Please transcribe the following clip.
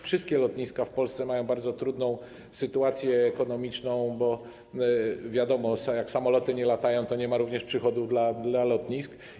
Wszystkie lotniska w Polsce mają bardzo trudną sytuację ekonomiczną, bo wiadomo, że jak samoloty nie latają, to nie ma również przychodów dla lotnisk.